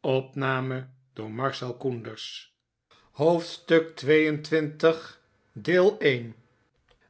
hoofdstuk xxil